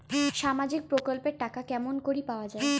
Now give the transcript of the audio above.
সামাজিক প্রকল্পের টাকা কেমন করি পাওয়া যায়?